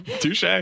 Touche